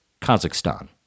Kazakhstan